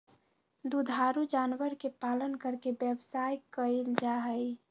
दुधारू जानवर के पालन करके व्यवसाय कइल जाहई